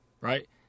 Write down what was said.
right